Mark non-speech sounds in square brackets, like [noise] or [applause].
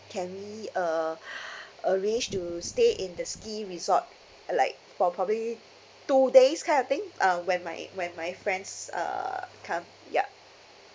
can we uh [breath] arrange to stay in the ski resort like for probably two days kind of thing uh when my when my friends uh come ya